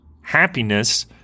happiness